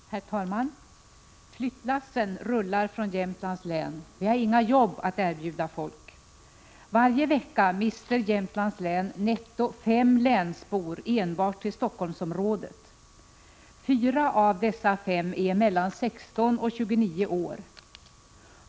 Herr talman! Flyttlassen rullar från Jämtlands län. Vi har inga jobb att erbjuda folk. Varje vecka mister Jämtlands län netto fem länsbor enbart till Stockholmsområdet. Fyra av dessa fem är mellan 16 och 29 år.